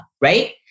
right